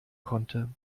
konnte